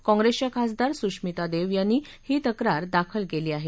काँग्रेसच्या खासदार सुश्मिता देव यांनी ही तक्रार दाखल केली आहे